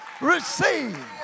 receive